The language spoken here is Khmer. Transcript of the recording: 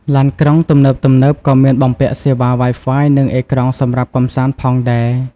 ឡានក្រុងទំនើបៗក៏មានបំពាក់សេវា Wi-Fi និងអេក្រង់សម្រាប់កម្សាន្តផងដែរ។